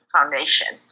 Foundation